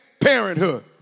Parenthood